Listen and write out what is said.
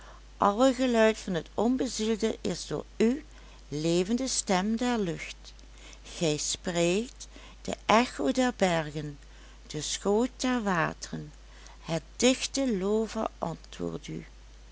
alle geluid van het onbezielde is door u levende stem der lucht gij spreekt de echo der bergen de schoot der wateren het dichte loover antwoordt u